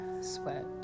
sweat